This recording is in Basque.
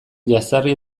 jazarri